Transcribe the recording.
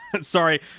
Sorry